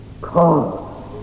call